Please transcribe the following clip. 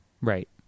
Right